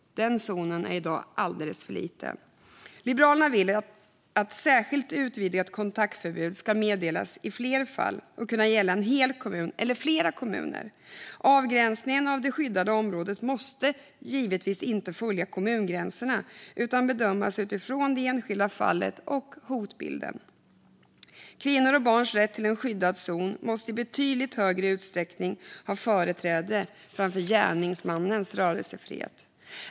Den zonen är i dag alldeles för liten. Liberalerna vill att ett särskilt utvidgat kontaktförbud ska kunna meddelas i fler fall och kunna gälla en hel kommun eller flera kommuner. Avgränsningen av det skyddade området måste givetvis inte följa kommungränserna utan bedömas utifrån det enskilda fallet och hotbilden. Kvinnors och barns rätt till en skyddad zon måste i betydligt större utsträckning ha företräde framför gärningsmannens rörelsefrihet.